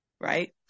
Right